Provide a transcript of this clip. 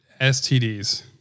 STDs